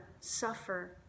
suffer